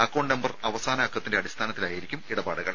account number അക്കത്തിന്റെ അടിസ്ഥാനത്തിലായിരിക്കും അവസാന ഇടപാടുകൾ